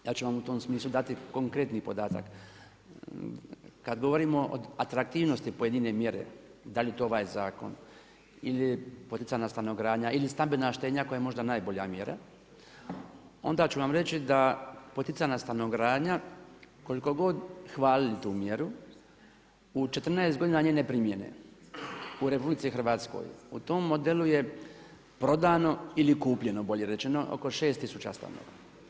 Ja ću vam u tom smislu dati konkretni podatak, kada govorimo o atraktivnosti pojedine mjere, da li je to ovaj zakon ili poticajna stanogradnja ili stambena štednja koja je možda najbolja mjera onda ću vam reći da poticajna stanogradnja koliko god hvalili tu mjeru u 14 godina njene primjene u RH u tom modelu je prodano ili kupljeno bolje rečeno oko šest tisuća stanova.